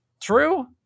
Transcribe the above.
True